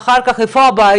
אחר כך תכתבו איפה הבעיות,